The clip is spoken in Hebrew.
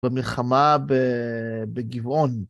במלחמה ב... בגבעון.